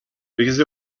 because